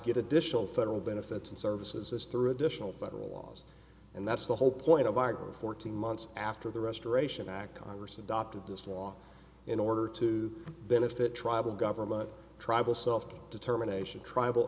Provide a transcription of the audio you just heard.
get additional federal benefits and services is through additional federal laws and that's the whole point of our fourteen months after the restoration act congress adopted this law in order to benefit tribal government tribal self determination tribal